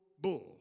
bull